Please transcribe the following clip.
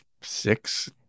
six